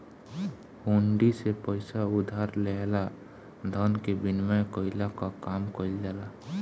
हुंडी से पईसा उधार लेहला धन के विनिमय कईला कअ काम कईल जाला